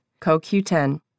CoQ10